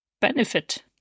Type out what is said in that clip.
benefit